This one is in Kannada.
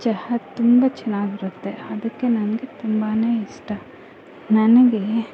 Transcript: ಚಹಾ ತುಂಬ ಚೆನ್ನಾಗಿರುತ್ತೆ ಅದಕ್ಕೆ ನನಗೆ ತುಂಬನೇ ಇಷ್ಟ ನನಗೆ